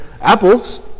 apples